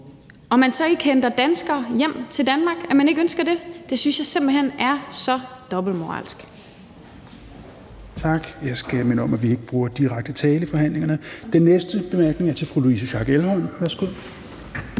og man så ikke henter danskere hjem til Danmark, at man ikke ønsker det. Det synes jeg simpelt hen er så dobbeltmoralsk. Kl. 16:15 Tredje næstformand (Rasmus Helveg Petersen): Tak. Den næste bemærkning er til fru Louise Schack Elholm. Værsgo.